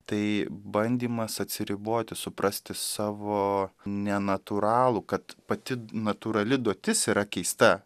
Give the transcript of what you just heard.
tai bandymas atsiriboti suprasti savo nenatūralų kad pati natūrali duotis yra keista